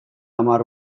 hamar